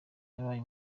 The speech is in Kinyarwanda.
yabaye